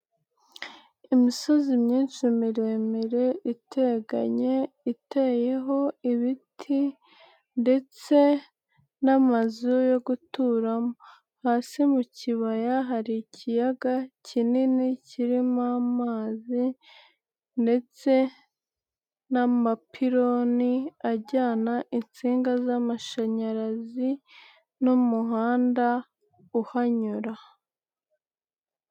Imisozi myinshi miremire iteganye iteyeho ibiti ndetse n'amazu yo guturamo, hasi mu kibaya hari ikiyaga kinini kirimo amazi ndetse n'amapironi ajyana insinga z'amashanyarazi n'umuhanda uhanyura.